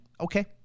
okay